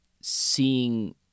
seeing